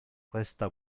questa